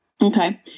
Okay